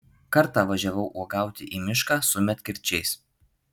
kartą važiavau uogauti į mišką su medkirčiais